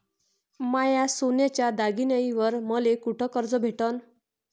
माया सोन्याच्या दागिन्यांइवर मले कुठे कर्ज भेटन?